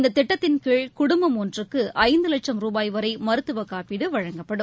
இந்த திட்டத்தின் கீழ் குடும்பம் ஒன்றுக்கு ஐந்து லட்சும் ரூபாய் வரை மருத்துவ காப்பீடு வழங்கப்படும்